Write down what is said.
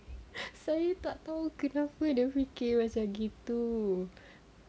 saya tak tahu kenapa dia fikir macam itu